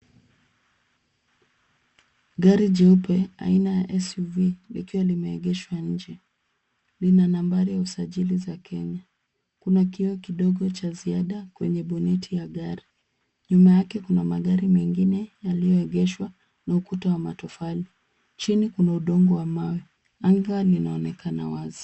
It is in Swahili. Gari jeupe aina ya SUV likiwa limeegeshwa nje. Lina nambari ya usajili za Kenya. Kuna kioo kidogo cha ziada kwenye boneti ya gari. Nyuma yake kuna magari mengine yaliyoegeshwa na ukuta wa matofali. Chini kuna udongo wa mawe. Anga linaonekana wazi.